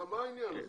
מה העניין הזה?